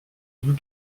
bout